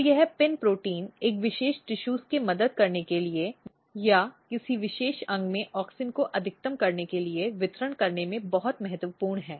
तो यह PIN protein एक विशेष टिशूज में मदद करने के लिए या किसी विशेष अंग में ऑक्सिन को अधिकतम करने के लिए वितरित करने में बहुत महत्वपूर्ण हैं